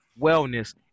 wellness